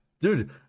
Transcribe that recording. Dude